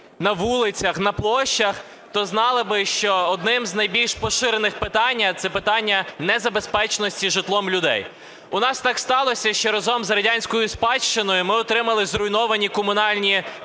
на вулицях, на площах, то знали б, що одним з найбільш поширених питань – це питання незабезпеченості житлом людей. У нас так сталося, що разом з радянською спадщиною ми отримали зруйновані комунальні